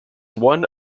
one